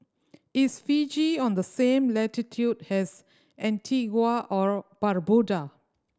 is Fiji on the same latitude as Antigua or Barbuda